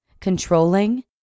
controlling